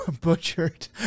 butchered